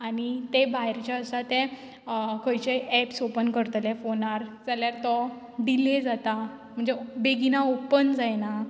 आनी ते भायर जे आसा तें खंयचेय एप्स ऑपन करतले फोनार जाल्यार तो डिले जाता म्हणजे बेगिना ऑपन जायना